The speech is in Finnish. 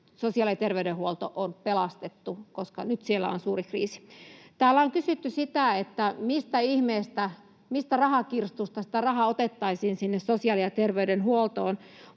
sosiaali- ja terveydenhuolto on pelastettu, koska nyt siellä on suuri kriisi. Täällä on kysytty, mistä ihmeestä, mistä rahakirstusta sitä rahaa otettaisiin sinne sosiaali- ja terveydenhuoltoon.